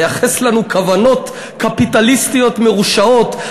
לייחס לנו כוונות קפיטליסטיות מרושעות,